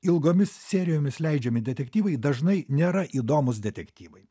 ilgomis serijomis leidžiami detektyvai dažnai nėra įdomūs detektyvai